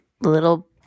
little